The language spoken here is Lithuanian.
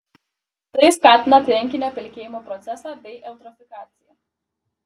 tai skatina tvenkinio pelkėjimo procesą bei eutrofikaciją